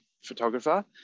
photographer